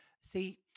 See